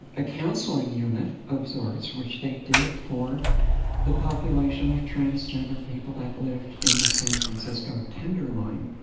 a counseling unit of sorts, which they did for the population of transgender people that lived in the san francisco tenderloin,